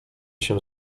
się